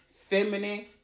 feminine